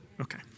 Okay